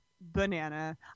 Banana